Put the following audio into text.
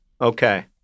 Okay